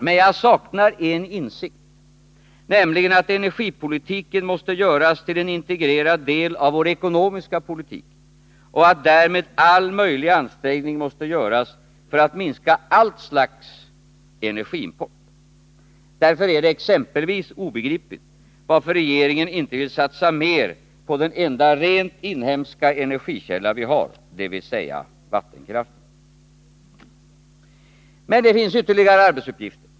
Men jag saknar en insikt, nämligen att energipolitiken måste göras till en integrerad del av vår ekonomiska politik och att därmed all möjlig ansträngning måste göras för att minska allt slags energiimport. Därför är det exempelvis obegripligt att regeringen inte vill satsa mer på den enda rent inhemska energikälla vi har, dvs. vattenkraften. Men det finns ytterligare arbetsuppgifter.